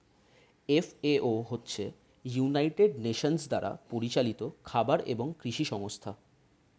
FAO হচ্ছে United Nations দ্বারা পরিচালিত খাবার এবং কৃষি সংস্থা